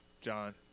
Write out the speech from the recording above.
John